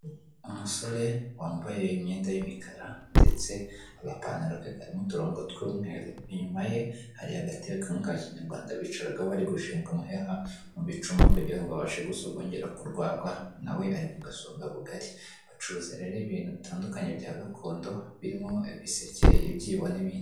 Umusore wambaye imyenda y'imikara ndetse agapantaro ke karimo uturongo tw'umweru, inyuma ye hari agatebe kamwe ka kinyarwanda bicaragaho bari gushinga umuheha mu bicuma kugira ngo babashe gusogongera kurwagwa na we ari kugasonga bugari, bacuruza rero ibintu bitandukanye bya gakondo birimo ibiseke, ibyibo n'ibindi.